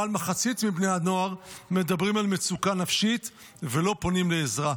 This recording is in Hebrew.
מעל מחצית מבני הנוער מדברים על מצוקה נפשית ולא פונים לעזרה.